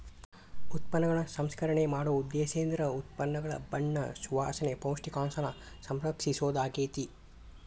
ಉತ್ಪನ್ನಗಳ ಸಂಸ್ಕರಣೆ ಮಾಡೊ ಉದ್ದೇಶೇಂದ್ರ ಉತ್ಪನ್ನಗಳ ಬಣ್ಣ ಸುವಾಸನೆ, ಪೌಷ್ಟಿಕಾಂಶನ ಸಂರಕ್ಷಿಸೊದಾಗ್ಯಾತಿ